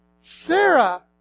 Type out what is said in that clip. Sarah